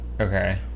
Okay